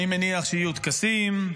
אני מניח שיהיו טקסים,